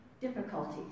difficulties